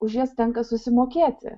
už jas tenka susimokėti